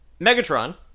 Megatron